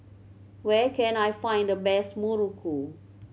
where can I find the best muruku